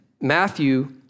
Matthew